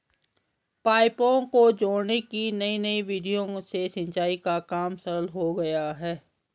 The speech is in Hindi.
पाइपों को जोड़ने की नयी नयी विधियों से सिंचाई का काम सरल हो गया है